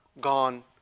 gone